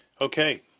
okay